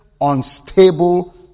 unstable